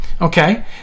Okay